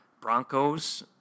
Broncos